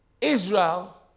Israel